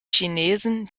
chinesen